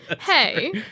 Hey